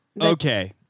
Okay